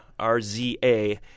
RZA